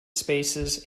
spaces